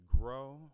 grow